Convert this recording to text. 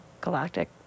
galactic